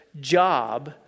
job